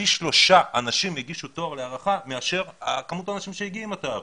פי שלושה אנשים הגישו תואר להערכה מאשר מספר האנשים שהגיעו עם התארים.